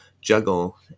juggle